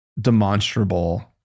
demonstrable